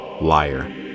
liar